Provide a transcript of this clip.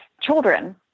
children